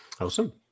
Awesome